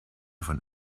von